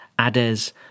Ades